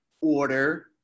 order